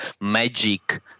magic